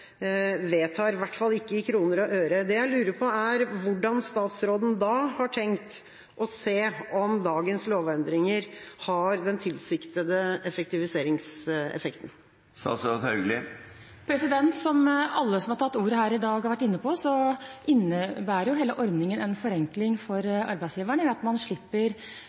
vedtar, i hvert fall ikke i kroner og øre. Det jeg lurer på, er hvordan statsråden da har tenkt å se om dagens lovendringer har den tilsiktede effektiviseringseffekten? Som alle som har tatt ordet her i dag har vært inne på, innebærer hele ordningen en forenkling for arbeidsgiverne. De tidligere endringene har gjort at man